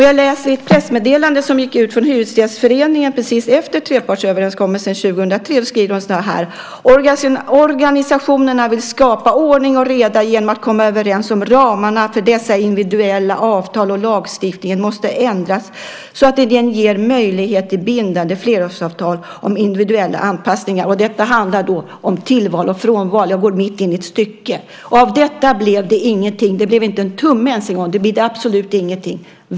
Jag läser i ett pressmeddelande som gick ut från Hyresgästföreningen precis efter trepartsöverenskommelsen 2003. Man skriver så här: Organisationerna vill skapa ordning och reda genom att komma överens om ramarna för dessa individuella avtal, och lagstiftningen måste ändras så att den ger möjlighet till bindande flerårsavtal om individuella anpassningar. Detta handlade om tillval och frånval. Jag gick in mitt i ett stycke. Men av detta blev det ingenting. Det bidde inte en tumme ens - det bidde absolut ingenting.